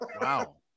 Wow